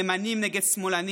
ימנים נגד שמאלנים.